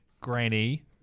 granny